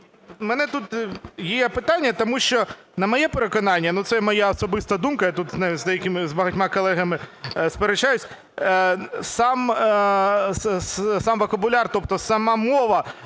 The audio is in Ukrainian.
У мене тут є питання. Тому що, на моє переконання, ну, це моя особиста думка, я тут з деякими, з багатьма колегами сперечаюсь, сам вокабуляр, тобто сама мова